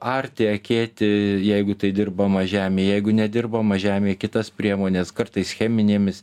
arti akėti jeigu tai dirbama žemė jeigu nedirbama žemė kitas priemones kartais cheminėmis